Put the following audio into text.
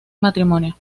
matrimonio